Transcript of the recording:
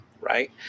right